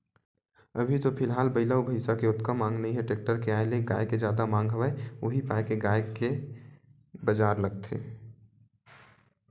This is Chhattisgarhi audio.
अभी तो फिलहाल बइला अउ भइसा के ओतका मांग नइ हे टेक्टर के आय ले गाय के जादा मांग हवय उही पाय के गाय के बजार लगथे